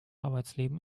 arbeitsleben